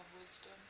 wisdom